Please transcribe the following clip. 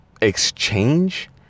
exchange